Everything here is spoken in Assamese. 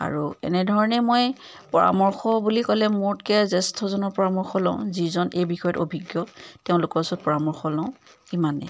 আৰু এনেধৰণে মই পৰামৰ্শ বুলি ক'লে মোতকৈ জ্যেষ্ঠজনৰ পৰামৰ্শ লওঁ যিজন এই বিষয়ত অভিজ্ঞ তেওঁলোকৰ ওচৰত পৰামৰ্শ লওঁ ইমানেই